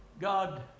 God